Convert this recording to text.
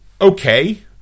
okay